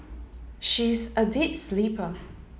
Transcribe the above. she is a deep sleeper